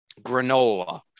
granola